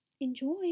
enjoy